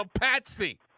Patsy